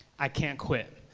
i can't quit.